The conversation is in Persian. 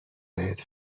بهت